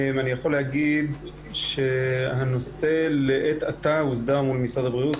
אני יכול לומר שהנושא לעת עתה הוסדר מול משרד הבריאות.